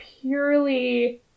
purely